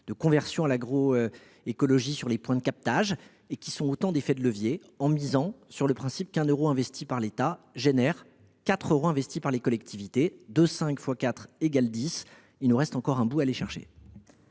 de conversion à l’agroécologie sur les points de captage. Ce sont autant d’effets de levier, car nous misons sur le principe que 1 euro investi par l’État génère 4 euros investis par les collectivités ; 2,5 fois 4 égalent 10. Il nous reste encore un bout à aller chercher.